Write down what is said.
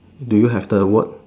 do you have the word